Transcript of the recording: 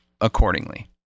accordingly